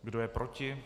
Kdo je proti?